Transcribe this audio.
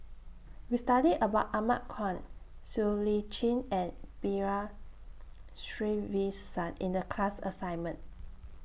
We studied about Ahmad Khan Siow Lee Chin and B R Sreenivasan in The class assignment